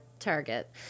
target